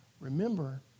remember